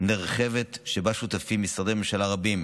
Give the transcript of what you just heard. נרחבת שבה שותפים משרדי ממשלה רבים,